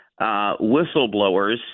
whistleblowers